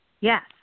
Yes